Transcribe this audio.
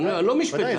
אני לא משפטן.